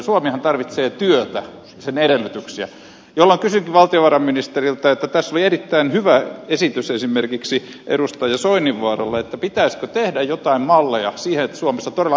suomihan tarvitsee työtä ja sen edellytyksiä jolloin kysynkin valtiovarainministeriltä tässä oli erittäin hyvä esitys esimerkiksi edustaja soininvaaralla pitäisikö tehdä jotain malleja siihen että suomessa todella investoitaisiin